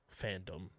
fandom